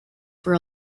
for